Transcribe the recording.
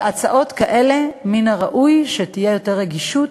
בהצעות כאלה מן הראוי שתהיה יותר רגישות